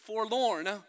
forlorn